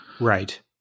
Right